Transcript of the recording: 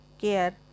care